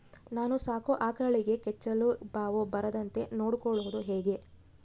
ನಾನು ಸಾಕೋ ಆಕಳಿಗೆ ಕೆಚ್ಚಲುಬಾವು ಬರದಂತೆ ನೊಡ್ಕೊಳೋದು ಹೇಗೆ?